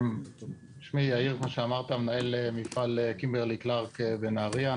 אני מנהל מפעל קימברלי קלארק בנהריה.